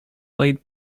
laid